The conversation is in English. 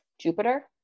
Jupiter